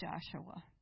Joshua